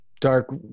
dark